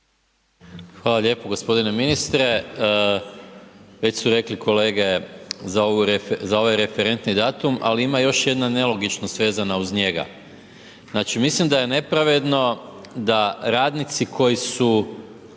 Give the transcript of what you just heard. Hvala lijepo. Gospodine ministre već su rekli kolege za ovaj referentni datum, al ima još jedna nelogičnost vezana uz njega. Znači, mislim da je nepravedno da radnici koji su